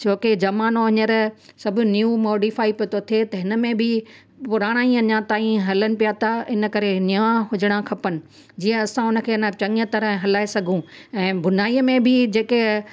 ज़मानो हींअर सभु न्यू मोडिफ़ाए पियो थिए त हिनमें बि पुराणा ई अञा ताईं हलनि पिया था इन करे नवां हुजणा खपनि जीअं असां हुनखे चङी तरह हलाए सघूं ऐं बुनाईअ में बि जेके